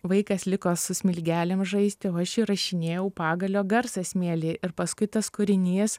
vaikas liko su smilgelėm žaisti o aš įrašinėjau pagalio garsą smėly ir paskui tas kūrinys